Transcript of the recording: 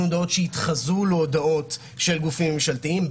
הודעות שיתחזו להודעות של גופים ממשלתיים,